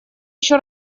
еще